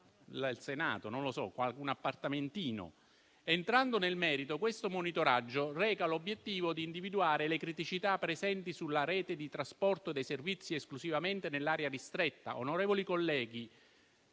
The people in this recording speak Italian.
un appartamentino dietro il Senato. Entrando nel merito, questo monitoraggio reca l'obiettivo di individuare le criticità presenti sulla rete di trasporto e dei servizi esclusivamente nell'area ristretta.